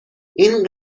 این